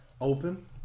open